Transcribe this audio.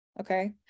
Okay